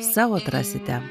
sau atrasite